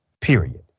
period